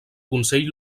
consell